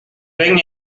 ven